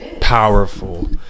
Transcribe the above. powerful